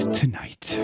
tonight